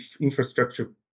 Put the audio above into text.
infrastructure